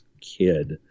kid